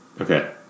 Okay